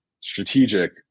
strategic